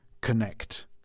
connect